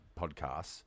podcasts